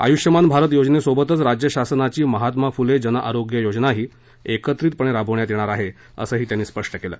आयुष्यमान भारत योजनेसोबतच राज्य शासनाची महात्मा फुले जनआरोग्य योजनाही एकत्रितपणे राबविण्यात येणार आहे असही त्यांनी स्पष्ट केलं